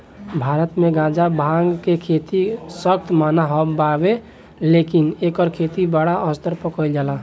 भारत मे गांजा, भांग के खेती सख्त मना बावे लेकिन एकर खेती बड़ स्तर पर कइल जाता